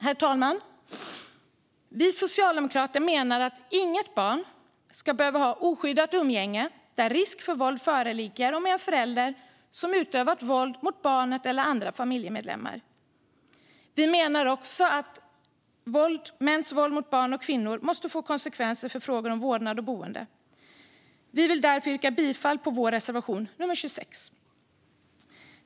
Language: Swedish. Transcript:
Herr talman! Vi socialdemokrater menar att inget barn ska behöva ha oskyddat umgänge där risk för våld föreligger med en förälder som utövat våld mot barnet eller andra familjemedlemmar. Vi menar också att mäns våld mot barn och kvinnor måste få konsekvenser för frågor om vårdnad och boende. Vi vill därför yrka bifall till vår reservation nummer 26.